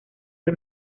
del